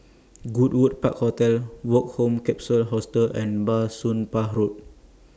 Goodwood Park Hotel Woke Home Capsule Hostel and Bah Soon Pah Road